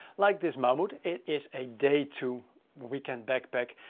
like this mammut. it is a day to weekend backpack.